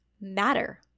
matter